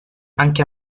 anche